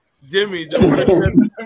Jimmy